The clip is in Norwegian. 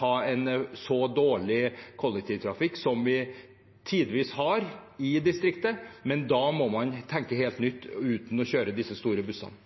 ha en så dårlig kollektivtrafikk som vi tidvis har i distriktene. Da må man tenke helt nytt – uten å kjøre disse store bussene.